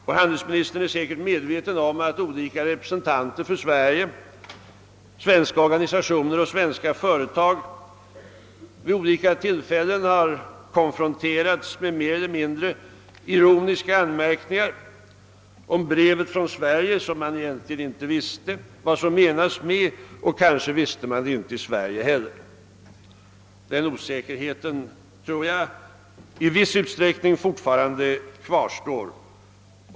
Handelsministern är säkert medveten om att representanter för Sverige, svenska organisationer och svenska företag vid olika tillfällen har konfronterats med mer eller mindre ironiska anmärkningar om brevet från Sverige, vars innebörd man egentligen inte förstod — kanske inte ens i Sverige. Jag tror att den osäkerheten i viss utsträckning fortfarande kvarstår.